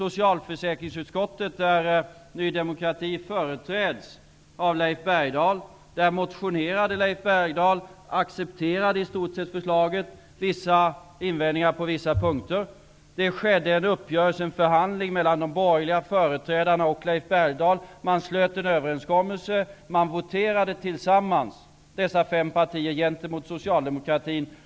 Leif Bergdahl, som företräder Ny demokrati i socialförsäkringsutskottet, skrev en motion. Förslaget accepterades i stort. Det fanns invändningar på vissa punkter. Det blev förhandling och en uppgörelse mellan de borgerliga företrädarna i utskottet och Leif Bergdahl. Man slöt en överenskommelse, och de fem partierna voterade tillsammans mot Socialdemokraterna.